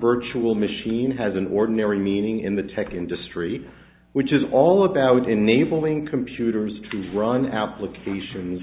virtual machine has an ordinary meaning in the tech industry which is all about enabling computers trees run applications